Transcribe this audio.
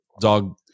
dog